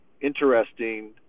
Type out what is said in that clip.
interesting